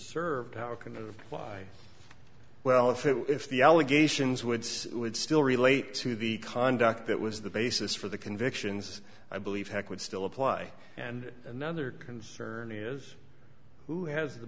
served how can the why well if it is the allegations woods would still relate to the conduct that was the basis for the convictions i believe heck would still apply and another concern is who has the